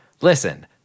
Listen